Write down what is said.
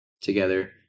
together